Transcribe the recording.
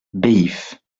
baillif